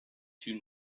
two